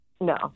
No